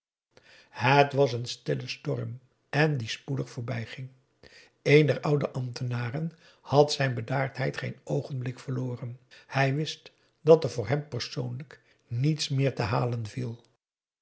het was een stille storm en die spoedig voorbijging een der oude ambtenaren had zijn bedaardheid geen oogenblik verloren hij wist dat er voor hem persoonlijk niets meer te halen viel